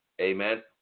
Amen